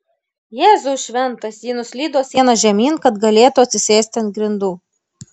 jėzau šventas ji nuslydo siena žemyn kad galėtų atsisėsti ant grindų